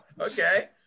Okay